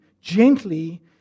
gently